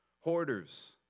hoarders